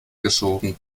geschoren